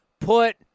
put